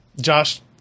Josh